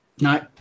No